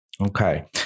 Okay